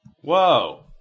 Whoa